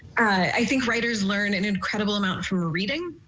i think writers learn an incredible amount from ah reading.